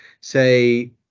say